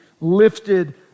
lifted